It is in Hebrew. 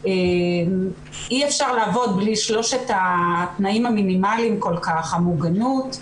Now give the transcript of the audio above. ואי אפשר לעבוד בלי שלושת התנאים המינימליים כל כך המוגנות,